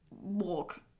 walk